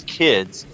kids